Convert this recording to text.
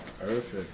perfect